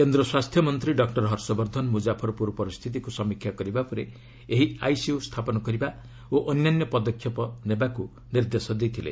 କେନ୍ଦ୍ର ସ୍ୱାସ୍ଥ୍ୟ ମନ୍ତ୍ରୀ ଡକୁର ହର୍ଷ ବର୍ଦ୍ଧନ ମୁକାଫରପ୍ରର ପରିସ୍ଥିତିକ୍ ସମୀକ୍ଷା କରିବା ପରେ ଏହି ଆଇସିୟୁ ସ୍ଥାପନ କରିବା ଓ ଅନ୍ୟାନ୍ୟ ପଦକ୍ଷେପ ନେବାକୃ ନିର୍ଦ୍ଦେଶ ଦେଇଥିଲେ